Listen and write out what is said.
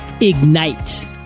ignite